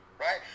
Right